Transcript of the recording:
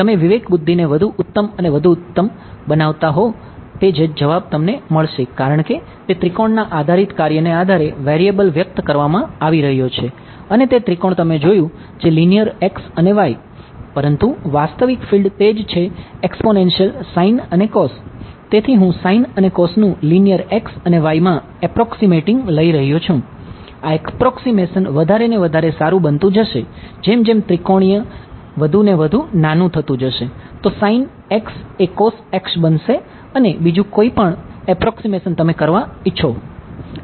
તમે વિવેકબુદ્ધિ વધારે ને વધારે સારું બનતું જશે જેમ જેમ ત્રિકોણીય વધુ ને વધુ નાનું થતું જશે તો sine x એ cos x બનશે અને બીજું કોઈ પણ એપ્રોકસીમેશન તમે કરવા ઈચ્છો